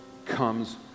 comes